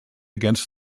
against